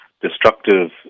destructive